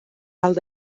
alt